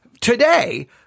today